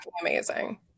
amazing